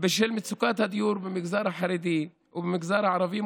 בשל מצוקת הדיור במגזר החרדי ובמגזר הערבי,